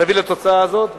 תביא לתוצאה הזאת.